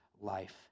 life